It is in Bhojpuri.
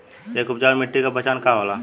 एक उपजाऊ मिट्टी के पहचान का होला?